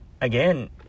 again